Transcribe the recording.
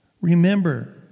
remember